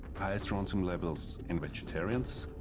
high strontium levels in vegetarians.